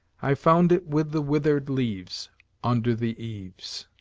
i found it with the withered leaves under the eaves.